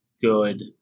good